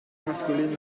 masculino